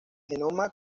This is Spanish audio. genoma